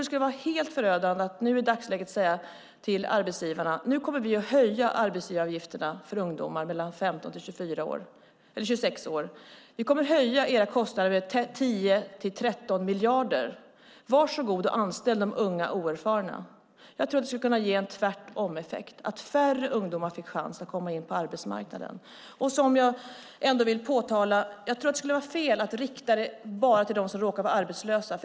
Det skulle vara helt förödande att i dagsläget säga till arbetsgivarna: Nu kommer vi att höja arbetsgivaravgifterna för ungdomar i åldern 15-26 år. Vi kommer att höja era kostnader med 10-13 miljarder. Varsågod och anställ de unga oerfarna. Jag tror att det skulle ge en tvärtomeffekt så att färre ungdomar fick chans att komma in på arbetsmarknaden. Det skulle vara fel att rikta det bara till dem som råkar vara arbetslösa.